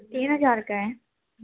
تین ہزار کا ہے